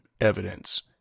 evidence